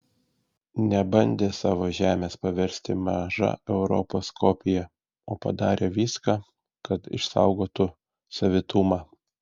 nebandė savo žemės paversti maža europos kopija o padarė viską kad išsaugotų savitumą